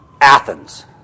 Athens